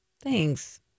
Thanks